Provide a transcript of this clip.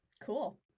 cool